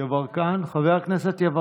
חברי הכנסת.